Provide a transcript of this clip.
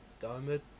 Diamond